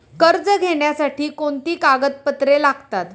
कर्ज घेण्यासाठी कोणती कागदपत्रे लागतात?